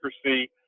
accuracy